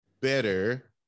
better